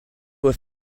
have